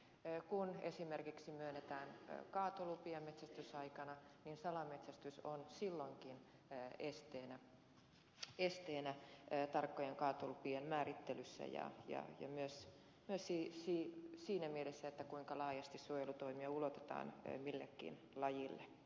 kun esimerkiksi myönnetään kaatolupia metsästysaikana niin salametsästys on silloinkin esteenä tarkkojen kaatolupien määrittelyssä ja myös siinä mielessä kuinka laajasti suojelutoimia ulotetaan millekin lajille